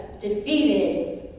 defeated